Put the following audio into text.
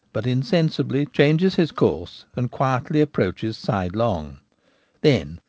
but insensibly changes his course and quietly approaches sidelong. then,